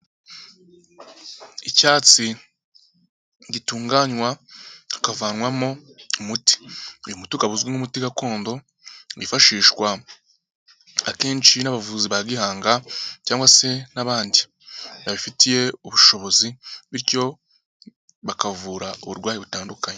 Icyatsi gitunganywa, hakavanwamo umuti. Uyu muti ukaba uzwi nk'umuti gakondo, wifashishwa akenshi n'abavuzi ba gihanga, cyangwa se n'abandi, babifitiye ubushobozi, bityo bakavura uburwayi butandukanye.